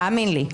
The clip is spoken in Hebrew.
תאמין לי.